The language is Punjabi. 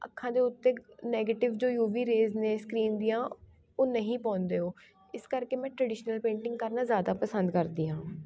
ਅੱਖਾਂ ਦੇ ਉੱਤੇ ਨੈਗਟਿਵ ਜੋ ਯੂ ਵੀ ਰੇਜ਼ ਨੇ ਸਕਰੀਨ ਦੀਆਂ ਉਹ ਨਹੀਂ ਪਾਉਂਦੇ ਹੋ ਇਸ ਕਰਕੇ ਮੈਂ ਟਰਡੀਸ਼ਨਲ ਪੇਂਟਿੰਗ ਕਰਨਾ ਜ਼ਿਆਦਾ ਪਸੰਦ ਕਰਦੀ ਹਾਂ